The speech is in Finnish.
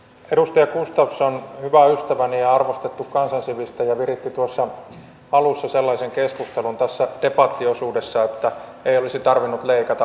edustaja gustafsson hyvä ystäväni ja arvostettu kansan sivistäjä viritti tuossa alussa sellaisen keskustelun tässä debattiosuudessa että ei olisi tarvinnut leikata ollenkaan